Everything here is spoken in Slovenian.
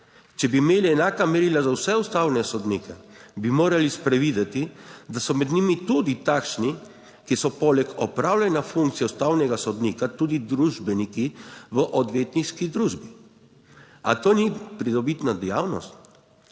Če bi imeli enaka merila za vse ustavne sodnike, bi morali sprevideti, da so med njimi tudi takšni, ki so poleg opravljanja funkcije ustavnega sodnika tudi družbeniki v odvetniški družbi. Ali to ni pridobitna dejavnost?